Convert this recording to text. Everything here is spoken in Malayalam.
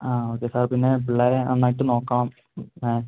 ആ ഓക്കെ സാർ പിന്നെ പിള്ളേരെ നന്നായിട്ട് നോക്കണം ഏഹ്